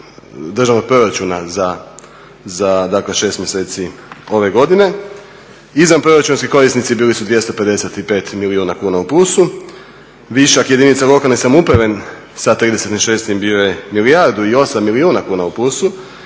državnog proračuna za 6 mjeseci ove godine. Izvanproračunski korisnici bili su 255 milijuna kuna u plusu, višak jedinica lokalne samouprave sa 36 bio je milijardu i 8 milijuna kuna u plusu